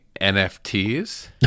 NFTs